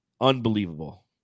Unbelievable